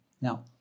now